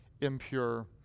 impure